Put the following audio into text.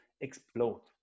explode